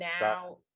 now